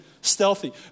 Stealthy